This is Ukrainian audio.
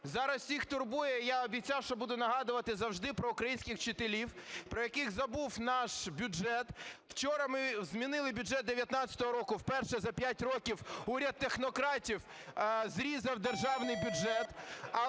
Зараз всіх турбує, я обіцяв, що буду нагадувати завжди про українських вчителів, про яких забув наш бюджет. Вчора ми змінили бюджет 19-го року, вперше за 5 років уряд технократів зрізав державний бюджет.